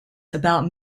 about